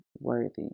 worthy